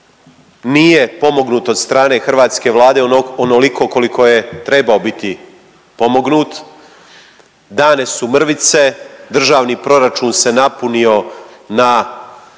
nije pomognut od strane hrvatske vlade u onoliko koliko je trebao biti pomognut, dane su mrvice, državni proračun se napunio na